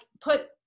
put